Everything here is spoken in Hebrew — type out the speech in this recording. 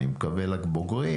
אני מקווה לבוגרים